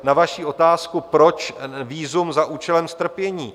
Na vaši otázku, proč vízum za účelem strpění?